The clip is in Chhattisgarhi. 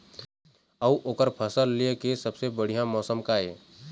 अऊ ओकर फसल लेय के सबसे बढ़िया मौसम का ये?